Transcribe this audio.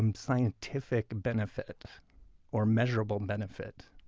um scientific benefit or measurable benefit,